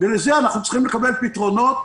לזה אנחנו צריכים לקבל פתרונות,